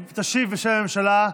תשיב, בשם הממשלה,